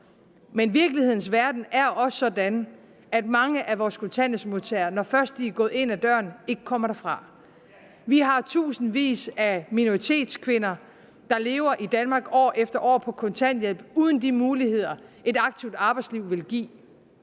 Men i virkelighedens verden er det også sådan, at når først mange af vores kontanthjælpsmodtagere er gået ind ad døren, kommer de ikke derfra. Kl. 09:25 Vi har tusindvis af minoritetskvinder, der lever i Danmark år efter år på kontanthjælp uden de muligheder, et aktivt arbejdsliv vil give.